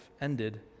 ended